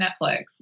Netflix